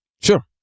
Sure